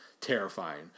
terrifying